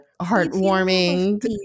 heartwarming